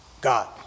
God